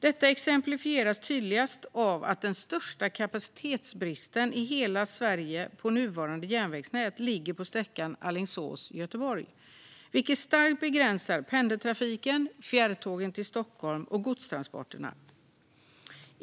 Detta exemplifieras tydligast av att den största kapacitetsbristen i hela Sveriges nuvarande järnvägsnät ligger på sträckan Alingsås-Göteborg, vilket starkt begränsar pendeltrafiken, fjärrtågen till Stockholm och godstransporterna.